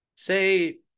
Say